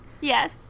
Yes